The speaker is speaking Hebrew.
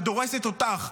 שדורסת אותך,